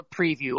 preview